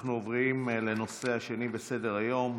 אנחנו עוברים לנושא הבא על סדר-היום,